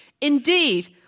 Indeed